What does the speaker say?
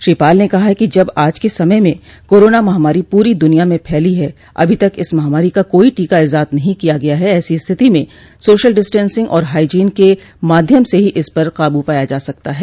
श्री पाल ने कहा कि जब आज के समय में कोरोना महामारी पूरी दुनिया में फैली है अभी तक इस महामारी का कोई टीका इजात नहीं किया गया है ऐसी स्थिति में सोशल डिस्टेंसिंग और हाईजीन के माध्यम से ही इस पर काबू पाया जा सकता है